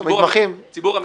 ציבור המתמחים.